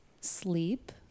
sleep